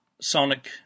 Sonic